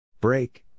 Break